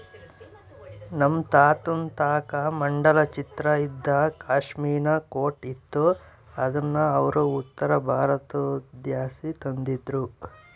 ನಮ್ ತಾತುನ್ ತಾಕ ಮಂಡಲ ಚಿತ್ರ ಇದ್ದ ಪಾಶ್ಮಿನಾ ಕೋಟ್ ಇತ್ತು ಅದುನ್ನ ಅವ್ರು ಉತ್ತರಬಾರತುದ್ಲಾಸಿ ತಂದಿದ್ರು